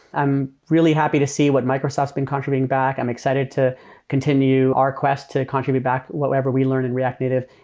i'm really happy to see what microsoft's been contributing back. i'm excited to continue our quest to contribute back whatsoever we learning in react native.